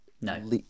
no